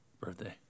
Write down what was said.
Birthday